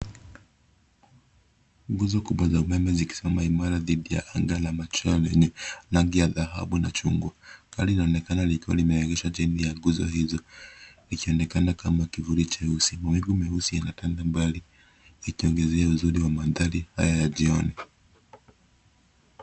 Nguzo kubwa za umeme zikisimama imara dhidi ya anga la machweo lenye rangi ya dhahabu na chungwa. Gari linaonekana likiwa limeegeshwa chini ya guzo hizo, likonekana kama kivuli cheusi. Mawingu meusi yanatanda mbali, yakiongezea uzuri wa mandhari haya ya jioni.